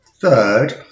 third